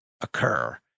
occur